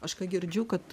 aš ką girdžiu kad